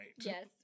Yes